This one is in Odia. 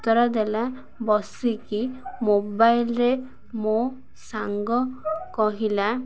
ଉତ୍ତର ଦେଲା ବସିକି ମୋବାଇଲ୍ରେ ମୋ ସାଙ୍ଗ କହିଲା